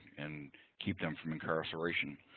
and keep them from incarceration.